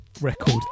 record